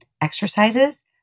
exercises